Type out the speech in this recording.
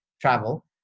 travel